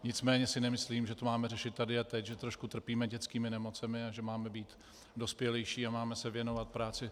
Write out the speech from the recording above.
Nicméně si nemyslím, že to máme řešit tady a teď, že trošku trpíme dětskými nemocemi a že máme být dospělejší a máme se věnovat práci.